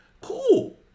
cool